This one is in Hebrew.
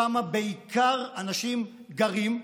ששם בעיקר אנשים גרים,